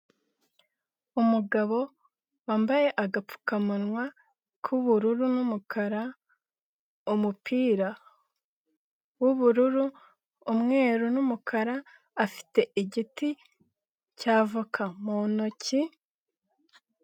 Umugabo wambaye agapfukamunwa k'ubururu n'umukara, umupira w'ubururu ,umweru n'umukara afite igiti cya voka mu ntoki.